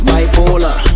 Bipolar